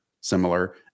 similar